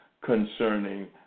concerning